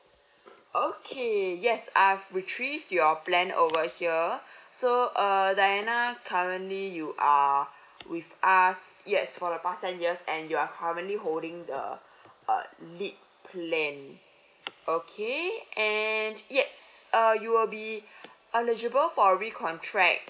okay yes I've retrieved your plan over here so err diana currently you are with us yes for the past ten years and you are currently holding the uh lead plan okay and yes uh you will be eligible for recontract